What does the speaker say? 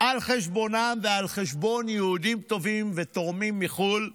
על חשבונם ועל חשבון יהודים טובים ותורמים מחו"ל,